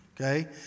okay